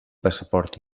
passaport